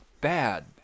bad